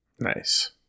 Nice